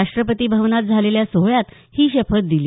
राष्ट्रपती भवनात झालेल्या सोहळ्यात ही शपथ दिली